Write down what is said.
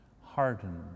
hardened